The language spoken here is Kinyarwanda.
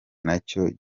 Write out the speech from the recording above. nacyo